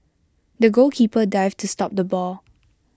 the goalkeeper dived to stop the ball